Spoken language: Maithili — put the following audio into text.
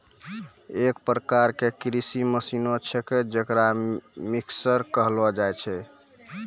एक प्रकार क कृषि मसीने छिकै जेकरा मिक्सर कहलो जाय छै